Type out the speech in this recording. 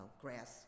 grass